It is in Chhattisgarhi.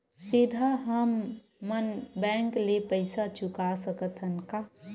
सीधा हम मन बैंक ले पईसा चुका सकत हन का?